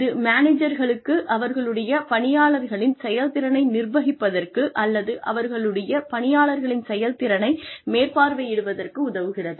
இது மேனேஜர்களுக்கு அவர்களுடைய பணியாளர்களின் செயல்திறனை நிர்வகிப்பதற்கு அல்லது அவர்களுடைய பணியாளர்களின் செயல்திறனை மேற்பார்வையிடுவதற்கு உதவுகிறது